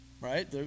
right